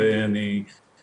כן, יש לנו כזו רשימה.